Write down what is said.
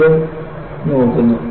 ഇതും നോക്കുന്നു